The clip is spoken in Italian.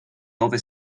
ove